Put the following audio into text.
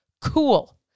Cool